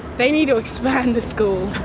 they need to expand the school.